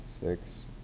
six